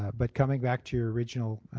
but coming back to your original